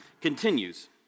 continues